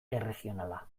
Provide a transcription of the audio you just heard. erregionala